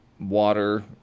water